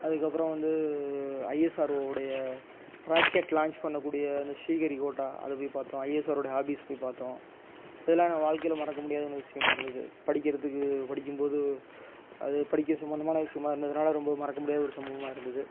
அதற்கப்பறம் வந்து ஐஎஸ்ஆர்ஓ உடைய ராக்கெட் லான்ச் பண்ணக்கூடிய அந்த ஸ்ரீஹரிக்கோட்டா அதை போய் பார்த்தோம் ஐஎஸ்ஆர்ஓவோட ஆபீஸ் போய் பார்த்தோம் இதெலாம் நான் வாழ்க்கையில் மறக்கமுடியாத ஒரு விஷியமாக இருந்துது படிக்கிறத்துக்கு படிக்கும்போது அது படிக்க சம்மந்தமான விஷியமாக இருந்ததுனால ரொம்பவும் மறக்கமுடியாத ஒரு சம்பவமாக இருந்துது